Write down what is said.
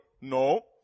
No